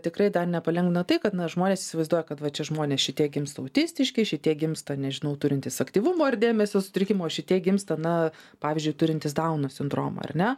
tikrai dar nepalengvino tai kad na žmonės įsivaizduoja kad va čia žmonės šitie gimsta autistiški šitie gimsta nežinau turintys aktyvumo ir dėmesio sutrikimo šitiek gimsta na pavyzdžiui turintys dauno sindromą ar ne